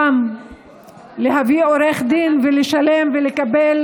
להביא עורך דין ולשלם לו ולקבל